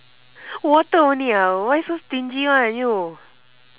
water only ah why so stingy [one] you